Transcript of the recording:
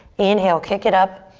inhale, kick it up.